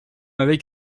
avec